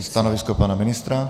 Stanovisko pana ministra?